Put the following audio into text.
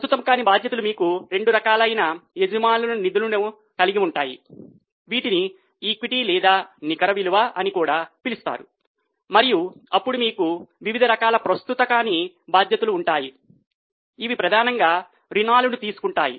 ప్రస్తుత కాని బాధ్యతలు మీకు రెండు రకాలైన యజమానుల నిధులను కలిగి ఉంటాయి వీటిని ఈక్విటీ లేదా నికర విలువ అని కూడా పిలుస్తారు మరియు అప్పుడు మీకు వివిధ రకాల ప్రస్తుత కాని బాధ్యతలు ఉంటాయి ఇవి ప్రధానంగా రుణాలు తీసుకుంటాయి